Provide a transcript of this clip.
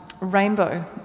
rainbow